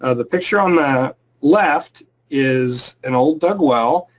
ah the picture on the left is an old dug well.